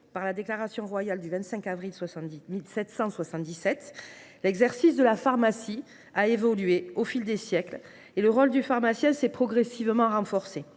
par la déclaration royale du 25 avril 1777, l’exercice de la pharmacie a évolué au fil des siècles et le rôle du pharmacien s’est progressivement renforcé.